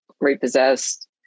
repossessed